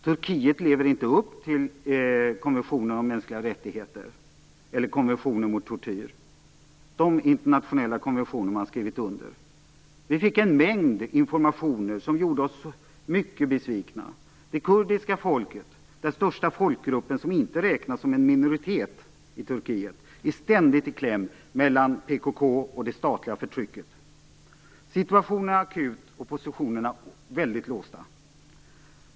Turkiet lever inte upp till konventionen om mänskliga rättigheter eller konventionen mot tortyr, de internationella konventioner man skrivit under. Vi fick en mängd informationer som gjorde oss mycket besvikna. Det kurdiska folket, den största folkgruppen som inte räknas som en minoritet i Turkiet, är ständigt i kläm mellan PKK och det statliga förtrycket. Situationen är akut och positionerna väldigt låsta.